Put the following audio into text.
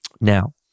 Now